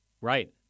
Right